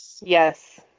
Yes